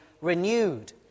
renewed